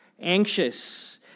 anxious